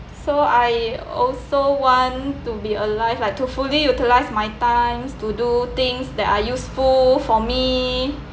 so I also want to be alive like to fully utilise my times to do things that are useful for me